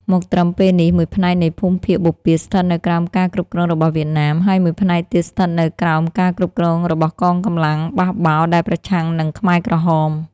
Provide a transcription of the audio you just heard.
មកត្រឹមពេលនេះ មួយផ្នែកនៃភូមិភាគបូព៌ាស្ថិតនៅក្រោមការគ្រប់គ្រងរបស់វៀតណាម ហើយមួយផ្នែកទៀតស្ថិតនៅក្រោមការគ្រប់គ្រងរបស់កងកម្លាំងបះបោរដែលប្រឆាំងនឹងខ្មែរក្រហម។